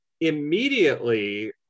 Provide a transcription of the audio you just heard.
Immediately